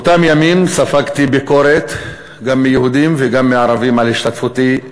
באותם ימים ספגתי ביקורת גם מיהודים וגם מערבים על השתתפותי.